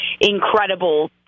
incredible